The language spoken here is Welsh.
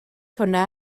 hwnna